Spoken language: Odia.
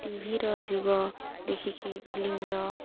ଟିଭିର ଯୁଗ ଦେଖିକି ଫିଲମ୍ର